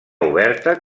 oberta